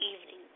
evening